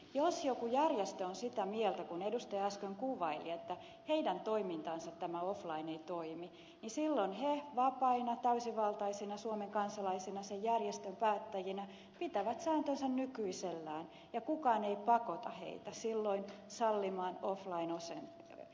jos joku järjestö on sitä mieltä kuten edustaja äsken kuvaili että heidän toiminnassaan tämä offline ei toimi niin silloin he vapaina täysivaltaisina suomen kansalaisina sen järjestön päättäjinä pitävät sääntönsä nykyisellään ja kukaan ei pakota heitä silloin sallimaan offline osallistumista